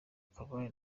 kabale